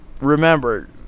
Remember